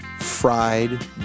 fried